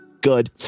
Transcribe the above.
Good